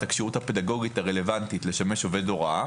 הכשירות הפדגוגית הרלוונטית לשמש עובד הוראה